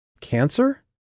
Cancer